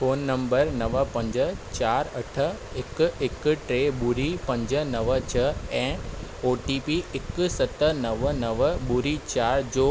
phone number नव पंज चारि अठ हिकु हिकु टे ॿुड़ी पंज नव छ्ह ऐं ओ टी पी हिकु सत नव नव ॿुड़ी चारि जो